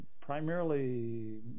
primarily